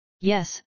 Yes